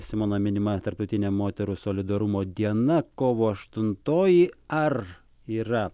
simona minima tarptautinė moterų solidarumo diena kovo aštuntoji ar yra